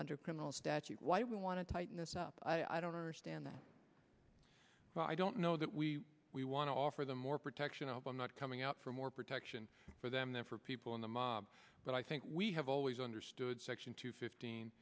under criminal statute why we want to tighten this up i don't understand that well i don't know that we we want to offer them more protection of them not coming out for more protection for them than for people in the mob but i think we have always understood section two fifteen